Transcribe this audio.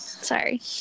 Sorry